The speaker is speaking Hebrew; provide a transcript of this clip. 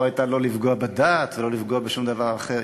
לא הייתה לא לפגוע בדת ולא לפגוע בשום דבר אחר.